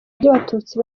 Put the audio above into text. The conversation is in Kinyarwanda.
by’abatutsi